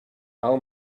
our